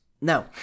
no